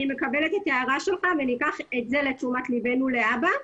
אני מקבלת את ההערה שלך וניקח את זה לתשומת לבנו בהמשך.